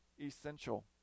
essential